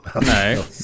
No